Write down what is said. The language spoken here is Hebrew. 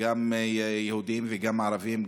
גם יהודים וגם ערבים,